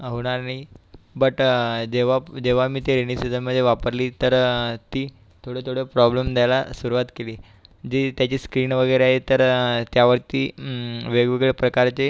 होणार नाई बट जेव्हा जेव्हा मी ते रेनी सिझनमध्ये वापरली तर ती थोडं थोडं प्रॉब्लेम द्यायला सुरवात केली जी त्याची स्क्रीन वगैरे आहे तर आहे तर त्यावरती वेगवेगळे प्रकारचे